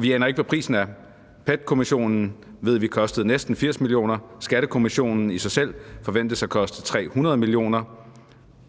Vi aner ikke, hvad prisen er. PET-kommissionen ved vi kostede næsten 80 mio. kr., og Skattekommissionen i sig selv forventes at koste 300 mio. kr.